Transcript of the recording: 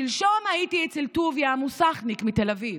שלשום הייתי אצל טוביה המוסכניק מתל אביב,